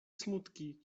smutki